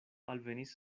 alvenis